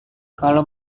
kalau